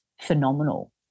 phenomenal